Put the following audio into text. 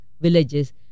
villages